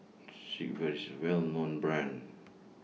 Sigvaris IS A Well known Brand